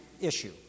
issue